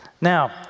Now